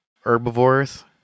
herbivores